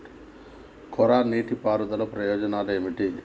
కోరా నీటి పారుదల ప్రయోజనాలు ఏమిటి?